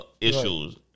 issues